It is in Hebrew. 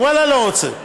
ואללה לא רוצה.